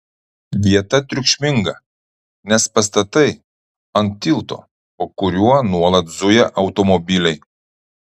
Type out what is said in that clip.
vieta triukšminga nes pastatai ant tilto po kuriuo nuolat zuja automobiliai